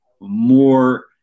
more